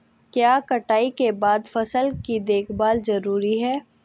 क्या कटाई के बाद फसल की देखभाल जरूरी है?